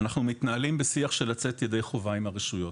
אנחנו מתנהלים בשיח של לצאת מידי חובה עם הרשויות.